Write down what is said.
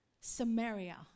Samaria